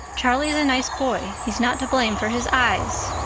charlie is a nice boy. he's not to blame for his eyes.